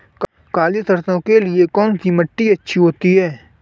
काली सरसो के लिए कौन सी मिट्टी अच्छी होती है?